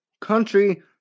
country